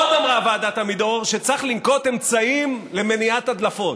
עוד אמרה ועדת עמידרור שצריך לנקוט אמצעים למניעת הדלפות.